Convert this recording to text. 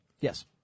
Yes